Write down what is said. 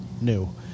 new